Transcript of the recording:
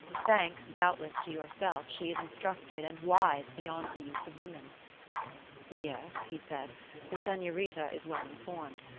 thanks, doubtless, to yourself, she is instructed and wise beyond the use of women yes, he said the senorita is well-informed.